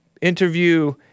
interview